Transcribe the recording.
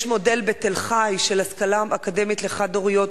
יש מודל בתל-חי של השכלה אקדמית לחד-הוריות,